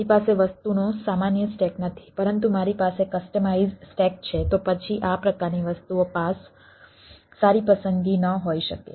મારી પાસે વસ્તુનો સામાન્ય સ્ટેક નથી પરંતુ મારી પાસે કસ્ટમાઇઝ સ્ટેક છે તો પછી આ પ્રકારની વસ્તુઓ PaaS સારી પસંદગી ન હોઈ શકે